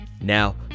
Now